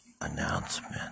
announcement